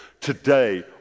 today